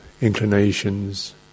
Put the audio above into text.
inclinations